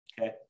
okay